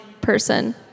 person